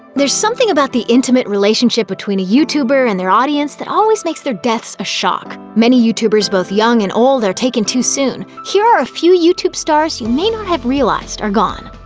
there's something about the intimate relationship between a youtuber and their audience that always makes their deaths a shock. many youtubers both young and old are taken too soon here are a few youtube stars you may not have realized are gone.